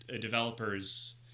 developers